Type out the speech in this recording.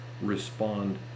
respond